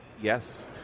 Yes